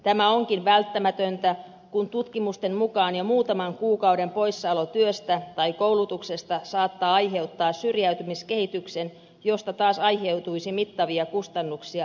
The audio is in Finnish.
tämä onkin välttämätöntä kun tutkimusten mukaan jo muutaman kuukauden poissaolo työstä tai koulutuksesta saattaa aiheuttaa syrjäytymiskehityksen josta taas aiheutuisi mittavia kustannuksia yhteiskunnallemme